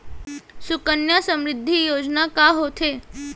सुकन्या समृद्धि योजना का होथे